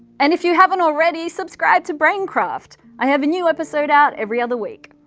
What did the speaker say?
and if you haven't already, subscribe to braincraft! i have a new episode out every other week.